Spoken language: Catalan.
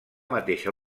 mateixa